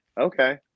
Okay